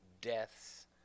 deaths